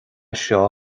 seo